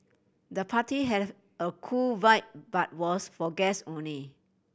the party had a cool vibe but was for guests only